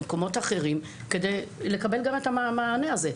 למקומות אחרים כדי לקבל את המענה הזה.